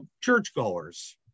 churchgoers